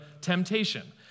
temptation